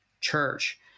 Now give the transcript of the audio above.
church